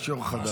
יש יו"ר חדש.